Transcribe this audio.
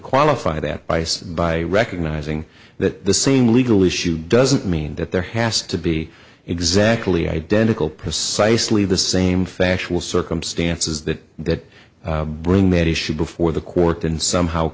qualify the bias by recognizing that the same legal issue doesn't mean that there has to be exactly identical precisely the same fashionable circumstances that that bring that issue before the court and somehow